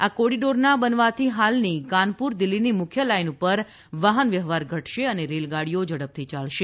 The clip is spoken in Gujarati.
આ કોરીડોરના બનવાથી હાલની કાનપુર દિલ્ફીની મુખ્ય લાઇન પર વાહન વ્યવહાર ઘટશે અને રેલગાડીઓ ઝડપથી ચાલશે